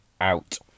out